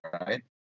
right